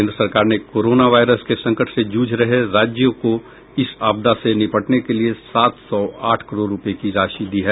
केन्द्र सरकार ने कोरोना वायरस के संकट से जूझ रहे राज्य को इस आपदा से निपटने के लिए सात सौ आठ करोड़ रूपये की राशि दी है